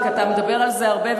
ואתה מדבר על זה הרבה,